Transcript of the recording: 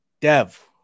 Dev